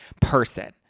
person